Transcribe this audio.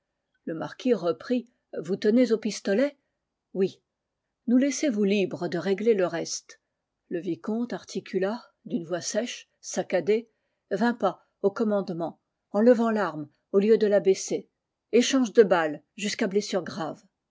le marquis reprit vous tenez au pistolet oui nous laissez-vous libres de régler le reste le vicomte articula d'une voix sèche saccadée vingt pas au commandement en levant l'arme au lieu de l'abaisser échange de balles jusqu'à blessure grave